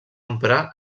emprar